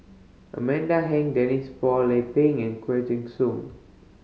Amanda Heng Denise Phua Lay Peng and Soon